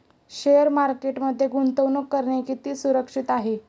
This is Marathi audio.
शेअर मार्केटमध्ये गुंतवणूक करणे किती सुरक्षित आहे?